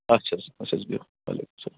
اچھا حظ اچھا حظ بِہِو وعلیکُم سلام